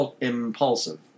impulsive